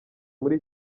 muri